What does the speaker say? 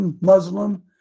Muslim